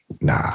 nah